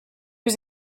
was